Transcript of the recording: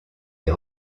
des